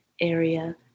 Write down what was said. area